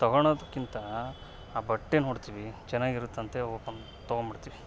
ತಗೋಳೋದ್ಕಿಂತ ಆ ಬಟ್ಟೆ ನೋಡ್ತಿವಿ ಚೆನ್ನಾಗಿರುತ್ತಂತ ಓಪನ್ ತಗೊಂಬಿಡ್ತಿವಿ